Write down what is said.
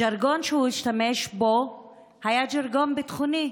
הז'רגון שהוא השתמש בו היה ז'רגון ביטחוני: